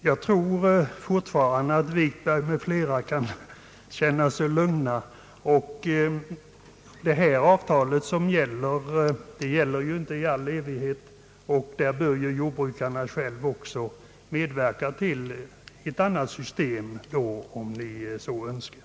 Herr talman! Jag tror fortfarande att herr Wikberg m.fl. kan känna sig lugna. Avtalet gäller inte i all evighet, och jordbrukarna bör själva medverka till ett annat system om det är så önskvärt.